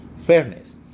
fairness